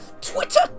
Twitter